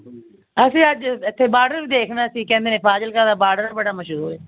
ਅਸੀਂ ਅੱਜ ਇੱਥੇ ਬਾਰਡਰ ਵੀ ਦੇਖਣਾ ਸੀ ਕਹਿੰਦੇ ਨੇ ਫਾਜ਼ਿਲਕਾ ਦਾ ਬਾਰਡਰ ਬੜਾ ਮਸ਼ਹੂਰ ਏ